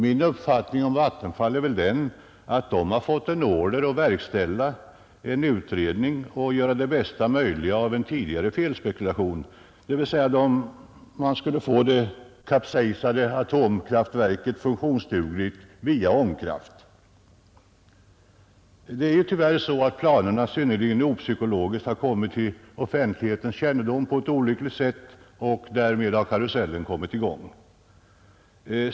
Min uppfattning om Vattenfall är väl den att verket har fått order att verkställa en utredning och göra det bästa möjliga av en tidigare felspekulation, dvs. man skulle få det kapsejsade atomkraftverket funktionsdugligt via ångkraft. Det är ju tyvärr så att planerna synnerligen opsykologiskt har kommit till offentlighetens kännedom på ett olyckligt sätt, och därmed har karusellen kommit i gång.